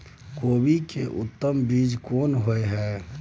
कोबी के उत्तम बीज कोन होय है?